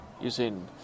using